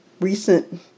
recent